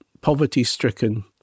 poverty-stricken